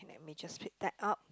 let me just flip that up